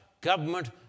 government